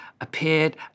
appeared